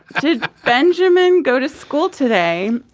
did benjamin go to school today?